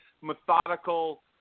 methodical